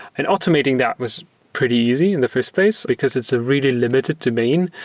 and automating that was pretty easy in the first place, because it's a really limited domain.